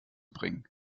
bringen